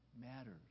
matters